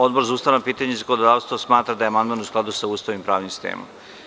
Odbor za ustavna pitanja i zakonodavstvo smatra da je amandman u skladu sa Ustavom i pravnim sistemom.